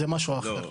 זה משהו אחר.